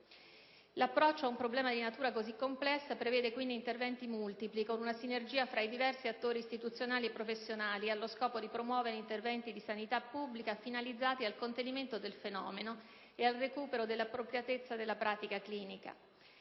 L'approccio ad un problema di natura così complessa prevede quindi interventi multipli, con una sinergia tra diversi attori istituzionali e professionali, allo scopo di promuovere interventi di sanità pubblica finalizzati al contenimento del fenomeno e al recupero dell'appropriatezza della pratica clinica.